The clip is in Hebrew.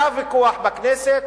היה ויכוח בכנסת,